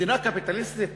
מדינה קפיטליסטית